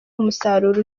umusaruro